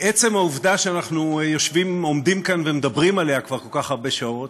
שהעובדה שאנחנו עומדים כאן ומדברים עליה כבר כל כך הרבה שעות